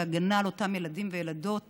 בהגנה על אותם ילדים וילדות